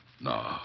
No